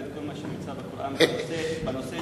את כל מה שנמצא בקוראן בנושא של הארץ הקדושה,